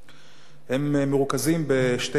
3. אם כן,